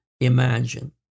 imagine